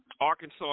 Arkansas